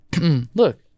Look